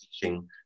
teaching